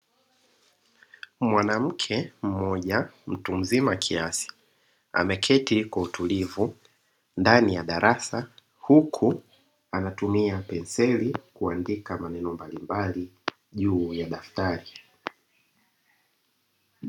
Mwanamke mmoja mtu mzima kiasi ameketi kwa utulivu ndani ya darasa, huku anatumia penseli kuandika maneno mbalimbali juu ya daftari.